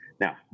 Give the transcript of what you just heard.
Now